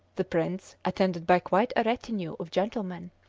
the prince, attended by quite a retinue of gentlemen,